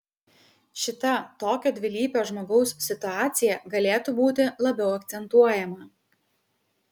šita tokio dvilypio žmogaus situacija galėtų būti labiau akcentuojama